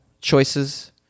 choices